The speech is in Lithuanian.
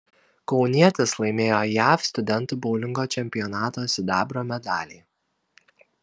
kaunietis laimėjo jav studentų boulingo čempionato sidabro medalį